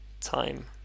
time